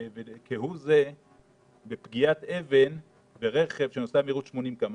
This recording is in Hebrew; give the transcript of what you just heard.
כהוא זה בפגיעת אבן ברכב שנוסע במהירות 80 קמ"ש.